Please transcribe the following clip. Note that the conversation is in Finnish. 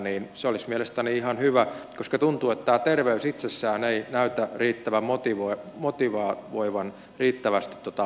se olisi mielestäni ihan hyvä koska tuntuu että tämä ter veys itsessään ei näytä motivoivan riittävästi tuota porukkaa liikkumaan